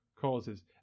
causes